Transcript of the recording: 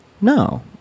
no